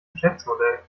geschäftsmodell